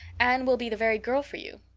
anne will be the very girl for you.